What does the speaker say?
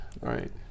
right